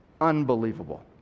Unbelievable